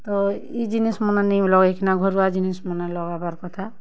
ତ ଇ ଜିନିଷ୍ମାନେ ନେଇଁ ଲଗେଇ କିନା ଘରୁଆ ଜିନିଷ୍ ମାନେ ଲଗାବାର୍ କଥା